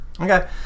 Okay